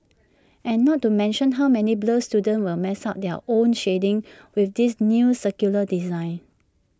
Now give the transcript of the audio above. and not to mention how many blur students will mess up their own shading with this new circular design